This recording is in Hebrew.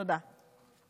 תודה.